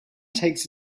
takes